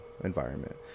environment